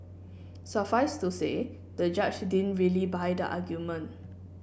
suffice to say the judge didn't really buy the argument